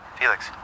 Felix